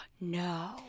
no